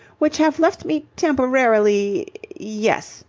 which have left me temporarily. yes,